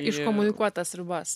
iškomunikuot tas ribas